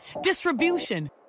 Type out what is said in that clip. distribution